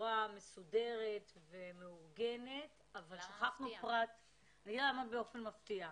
בצורה מסודרת ומאורגנת אבל שכחנו פרט -- למה מפתיע?